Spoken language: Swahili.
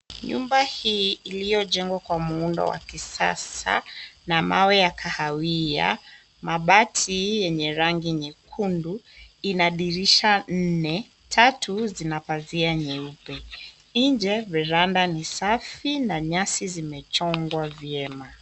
Nyumba hii iliyojengwa kwa muundo wa kisasa na mawe ya kahawia. Mabati yenye rangi nyekundu ina dirisha nne, tatu zina pazia nyeupe. Nje veranda ni safi na nyasi zimechong'wa vyema.